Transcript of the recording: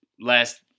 last